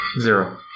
zero